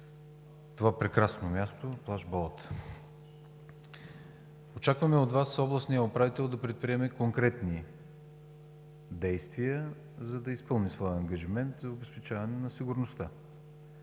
това прекрасно място – плаж „Болата“. Очакваме от Вас областният управител да предприеме конкретни действия, за да изпълни своя ангажимент за обезпечаване на сигурността.